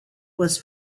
was